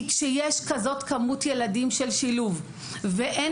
כי כשיש כזאת כמות של ילדים של שילוב ואין